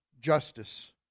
justice